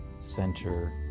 Center